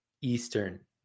Eastern